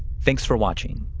thanks for watching.